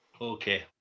Okay